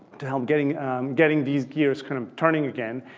to help getting getting these gears kind of turning again.